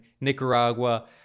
Nicaragua